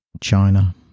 China